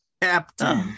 Captain